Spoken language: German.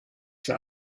für